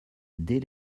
dès